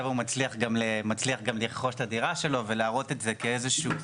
הוא גם מצליח לרכוש את הדירה שלו ולהראות את זה כאיזה שהוא,